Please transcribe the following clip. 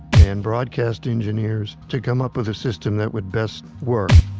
and broadcast engineers, to come up with a system that would best work